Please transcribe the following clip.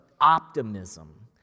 optimism